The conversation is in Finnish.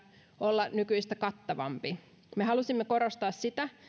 olla nykyistä kattavampi me halusimme korostaa sitä